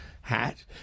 hat